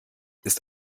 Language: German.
ist